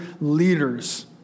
leaders